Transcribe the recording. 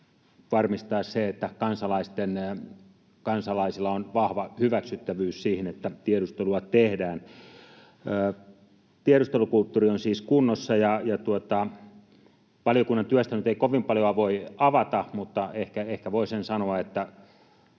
varmistaa se, että kansalaisilla on vahva hyväksyttävyys sille, että tiedustelua tehdään. Tiedustelukulttuuri on siis kunnossa. Valiokunnan työstä nyt ei kovin paljoa voi avata, mutta ehkä voi sen sanoa, että